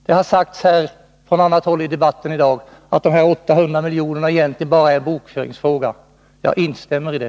Det har sagts från annat håll i debatten i dag att dessa 800 milj.kr. egentligen barå är en bokföringsfråga. Jag instämmer i det.